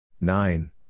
Nine